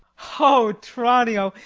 o tranio!